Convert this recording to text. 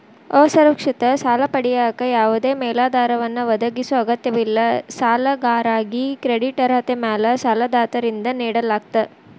ಅಸುರಕ್ಷಿತ ಸಾಲ ಪಡೆಯಕ ಯಾವದೇ ಮೇಲಾಧಾರವನ್ನ ಒದಗಿಸೊ ಅಗತ್ಯವಿಲ್ಲ ಸಾಲಗಾರಾಗಿ ಕ್ರೆಡಿಟ್ ಅರ್ಹತೆ ಮ್ಯಾಲೆ ಸಾಲದಾತರಿಂದ ನೇಡಲಾಗ್ತ